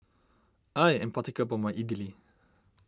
I am particular about my Idili